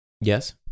Yes